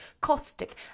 caustic